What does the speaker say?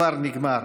כבר נגמר.